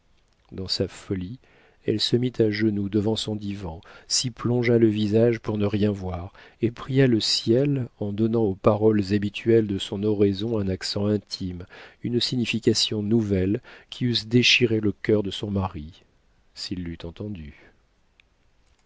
dans sa folie elle se mit à genoux devant son divan s'y plongea le visage pour ne rien voir et pria le ciel en donnant aux paroles habituelles de son oraison un accent intime une signification nouvelle qui eussent déchiré le cœur de son mari s'il l'eût entendue